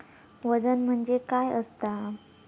वजन म्हणजे काय असता?